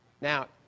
Now